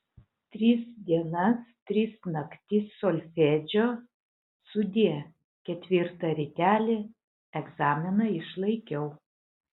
tris dienas tris naktis solfedžio sudie ketvirtą rytelį egzaminą išlaikiau